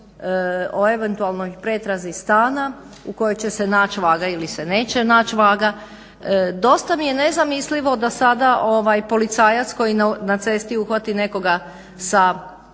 o eventualnoj pretrazi stana u kojoj će se naći vaga ili se neće naći vaga. Dosta mi je nezamislivo da sada policajac koji na cesti uhvati nekoga sa